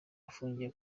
afungiye